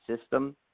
system